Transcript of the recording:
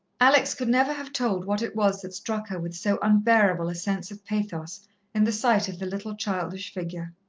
alex could never have told what it was that struck her with so unbearable a sense of pathos in the sight of the little childish figure.